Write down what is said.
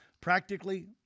Practically